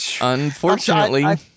Unfortunately